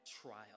trial